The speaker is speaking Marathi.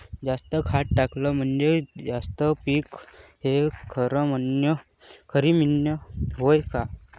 जास्त खत टाकलं म्हनजे जास्त पिकते हे म्हन खरी हाये का?